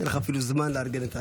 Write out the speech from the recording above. אני אתן לך אפילו זמן לארגן.